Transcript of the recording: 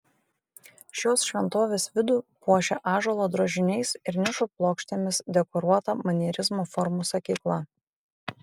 šios šventovės vidų puošia ąžuolo drožiniais ir nišų plokštėmis dekoruota manierizmo formų sakykla